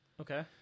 okay